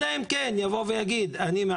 אלא אם כן האדם יבוא ויגיד שמעכשיו